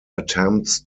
attempts